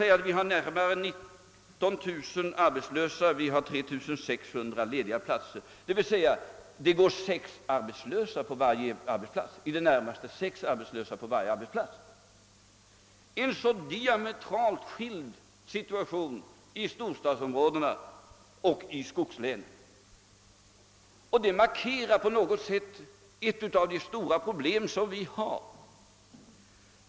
Vi har där närmare 19000 arbetslösa och 3 600 lediga platser, d.v.s. det går i det närmaste sex arbetslösa på varje ledig plats. Det råder alltså en diametral skillnad mellan situationen i storstadsområdena och i skogslänen, och detta markerar på något sätt ett av våra problem.